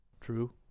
True